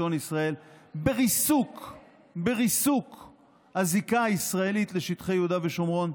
שלטון ישראל ובריסוק הזיקה הישראלית לשטחי יהודה ושומרון.